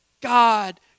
God